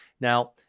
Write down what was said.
Now